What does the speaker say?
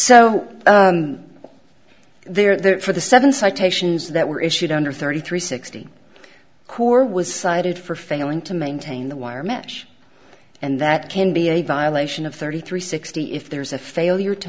so there are the seven citations that were issued under thirty three sixty core was cited for failing to maintain the wire mesh and that can be a violation of thirty three sixty if there's a failure to